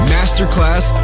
Masterclass